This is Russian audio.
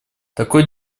такой